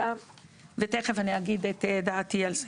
ותכף אגיד את דעתי על זה.